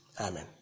Amen